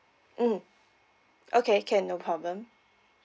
mm okay can no problem